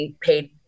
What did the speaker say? Paid